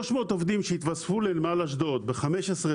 300 עובדים שיתווספו לנמל אשדוד ב-15,000,